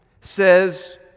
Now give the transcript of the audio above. says